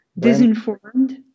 disinformed